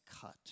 cut